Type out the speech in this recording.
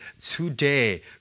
today